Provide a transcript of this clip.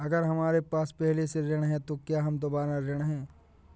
अगर हमारे पास पहले से ऋण है तो क्या हम दोबारा ऋण हैं?